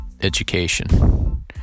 education